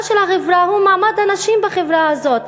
של החברה הוא מעמד הנשים בחברה הזאת.